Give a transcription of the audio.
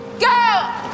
Go